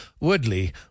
Woodley